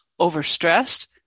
overstressed